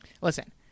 Listen—